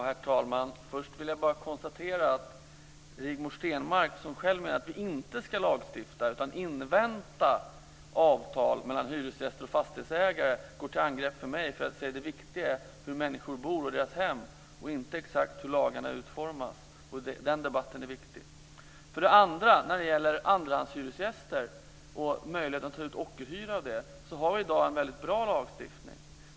Herr talman! Jag vill först konstatera att Rigmor Stenmark - som själv menar att vi inte ska lagstifta utan invänta avtal mellan hyresgäster och fastighetsägare - går till angrepp mot mig för att jag säger att det viktiga är människors hem och hur de bor, inte exakt hur lagarna utformas. Den debatten är viktig. För det andra: När det gäller andrahandshyresgäster och möjligheterna att ta ut ockerhyror av dem har vi redan i dag en mycket bra lagstiftning.